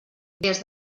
des